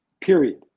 period